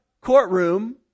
courtroom